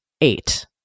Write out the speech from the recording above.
Eight